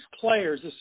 players